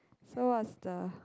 so what's the